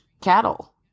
cattle